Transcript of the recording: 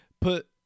put